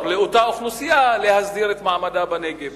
לאותה אוכלוסייה להסדיר את מעמדה בנגב.